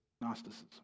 Gnosticism